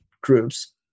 groups